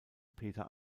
peter